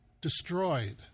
destroyed